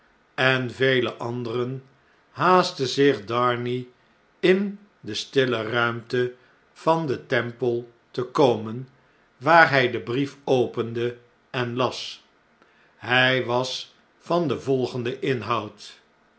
en vele anderen haastte zich darnay in destille ruimte van de temple te komen waar hn den brief opende en las hij was van den volgenden inhoud